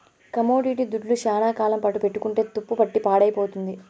commodity దుడ్లు శ్యానా కాలం పాటు పెట్టుకుంటే తుప్పుపట్టి పాడైపోతుంది